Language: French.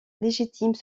légitime